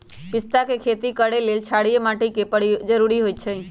पिस्ता के खेती करय लेल क्षारीय माटी के जरूरी होई छै